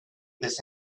this